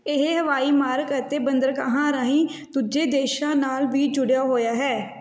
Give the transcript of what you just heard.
ਇਹ ਹਵਾਈ ਮਾਰਗ ਅਤੇ ਬੰਦਰਗਾਹਾਂ ਰਾਹੀਂ ਦੂਜੇ ਦੇਸ਼ਾਂ ਨਾਲ ਵੀ ਜੁੜਿਆ ਹੋਇਆ ਹੈ